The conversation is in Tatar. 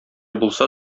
булса